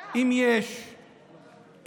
אם יש חוקים,